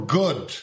good